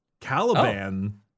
Caliban